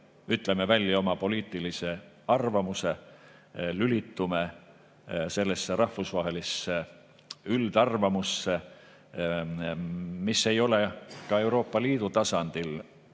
ütleme välja oma poliitilise arvamuse, lülitume sellesse rahvusvahelisse üldarvamusse, mis ei ole ka Euroopa Liidu tasandil